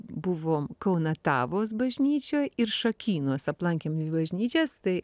buvom kaunatavos bažnyčioj ir šakynos aplankėm bažnyčias tai